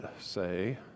say